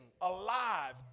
alive